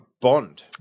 bond